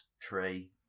tree